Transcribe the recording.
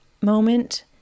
moment